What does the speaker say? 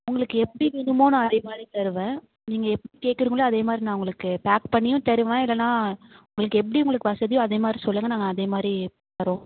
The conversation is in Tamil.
உங்களுக்கு எப்படி வேணுமோ நான் அதேமாதிரி தருவேன் நீங்கள் எப்படி கேக்குறிங்களோ அதேமாதிரி நான் உங்களுக்கு பேக் பண்ணியும் தருவேன் இல்லைனா உங்களுக்கு எப்படி உங்களுக்கு வசதியோ அதேமாதிரி சொல்லுங்கள் நாங்கள் அதேமாதிரி தர்றோம்